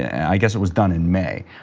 i guess it was done in may.